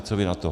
Co vy na to?